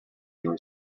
your